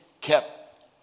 kept